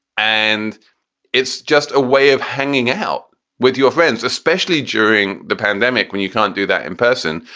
and it's just a way of hanging out with your friends, especially during the pandemic when you can't do that in person.